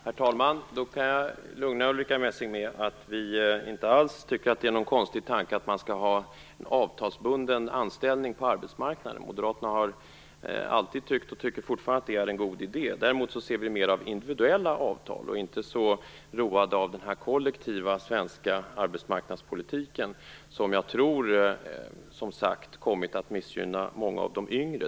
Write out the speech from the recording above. Herr talman! Jag kan lugna Ulrica Messing med att vi inte alls tycker att det är någon konstig tanke att man skall ha en avtalsbunden anställning på arbetsmarknaden. Moderaterna har alltid tyckt och tycker fortfarande att det är en god idé. Däremot vill vi se mer av individuella avtal och är inte så roade av den kollektiva svenska arbetsmarknadspolitiken, vilken jag, som sagt, tror har kommit att missgynna många av de yngre.